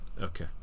Okay